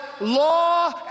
law